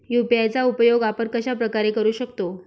UPI चा उपयोग आपण कशाप्रकारे करु शकतो?